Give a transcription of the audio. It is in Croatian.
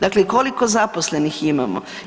Dakle, koliko zaposlenih imamo.